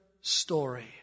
story